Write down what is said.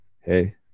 hey